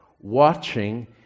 watching